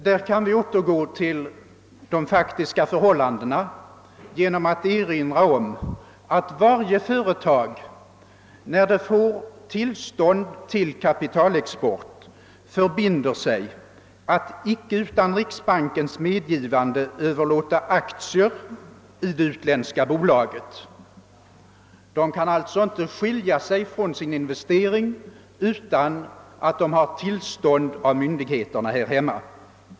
Där kan vi återgå till de faktiska förhållandena genom att erinra om att varje företag, när det får tillstånd till kapitalexport, förbinder sig att inte utan riksbankens medgivande överlåta aktier i det utländska bolaget. Företaget kan alltså inte skilja sig från sin investering utan att ha tillstånd av myndigheterna här hemma.